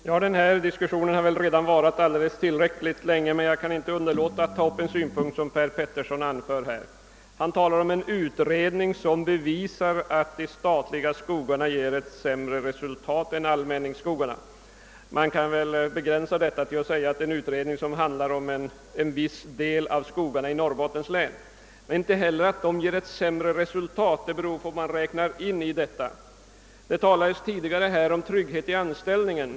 Herr talman! Denna diskussion har väl redan varat tillräckligt länge, men jag kan inte underlåta att bemöta en synpunkt som herr Petersson i Gädd vik anförde. Han talade om en utredning som skulle ha bevisat att de statliga skogarna ger ett sämre resultat än allmänningsskogarna. Utredningen är till att börja med begränsad till att gälla en viss del av skogarna i Norrbottens län. Det är inte heller helt riktigt att säga att dessa ger ett sämre resultat. Det beror nämligen på vad man tar med i beräkningen.